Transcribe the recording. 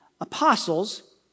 apostles